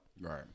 Right